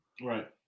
Right